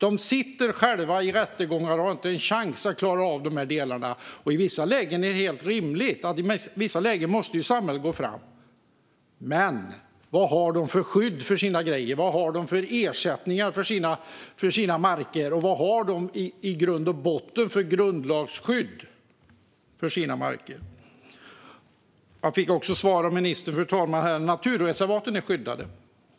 De sitter själva i rättegångar och har ingen chans att klara av dessa delar. Visst är det helt rimligt att samhället måste gå framåt i vissa lägen, men vad har markägarna för skydd för sina grejer? Vilka ersättningar får de för sina marker? Vilket grundlagsskydd har de i grund och botten för sina marker? Fru talman! Jag fick också svar av ministern att naturreservaten är skyddade.